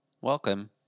Welcome